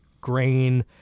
grain